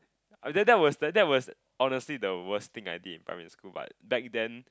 uh that that was that was honestly the worst thing I did in primary school but back then